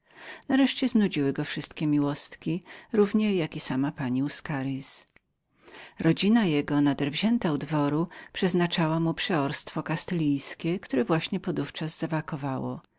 nareszcie znudziły go wszystkie miłostki równie jak i sama pani uscaritz rodzina jego nader wzięta u dworu przeznaczała mu przeorstwo kastylskie które właśnie podówczas zawakowało